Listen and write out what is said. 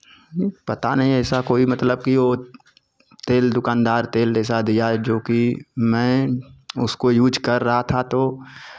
पता नहीं ऐसा कोई मतलब कि वो तेल दुकानदार तेल ऐसा दिया जोकि मैं उसको यूज़ कर रहा था तो